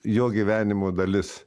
jo gyvenimo dalis